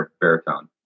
baritone